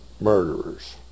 murderers